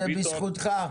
זה בזכותך.